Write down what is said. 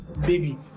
baby